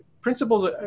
Principles